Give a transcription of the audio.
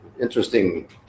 interesting